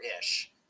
ish